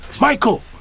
Michael